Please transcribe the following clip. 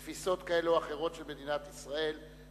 בתפיסות כאלה או אחרות של מדינת ישראל,